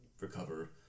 recover